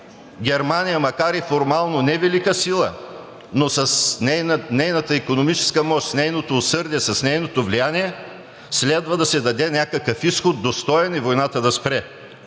Германия, макар и формално невелика сила, но с нейната икономическа мощ, с нейното усърдие, с нейното влияние, следва да се даде някакъв достоен изход и войната да спре.